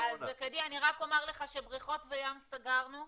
לראות איפה אנחנו יכולים להגיע להסכמות.